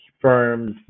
firms